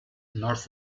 north